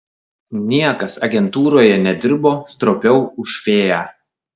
niekas agentūroje nedirbo stropiau už fėją